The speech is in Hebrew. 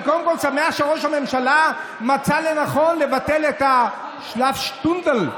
אני קודם כול שמח שראש הממשלה מצא לנכון לבטל את השלאף שטונדה,